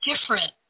different